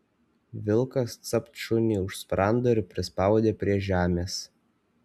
vilkas capt šuniui už sprando ir prispaudė prie žemės